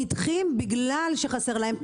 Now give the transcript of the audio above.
נתעקש על שלנו.